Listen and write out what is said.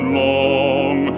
long